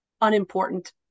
unimportant